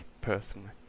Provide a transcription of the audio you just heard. personally